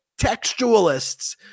textualists